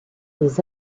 les